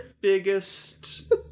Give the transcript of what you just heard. biggest